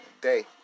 day